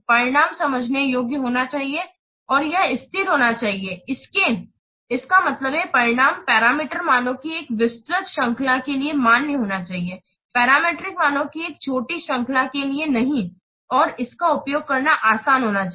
परिणाम समझने योग्य होना चाहिए और यह स्थिर होना चाहिए इसका मतलब है परिणाम पैरामीटर मानों की एक विस्तृत श्रृंखला के लिए मान्य होना चाहिए पैरामीटर मानों की एक छोटी श्रृंखला के लिए नहीं और इसका उपयोग करना आसान होना चाहिए